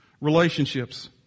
Relationships